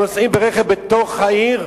שנוסעים ברכב בתוך העיר.